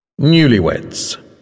Newlyweds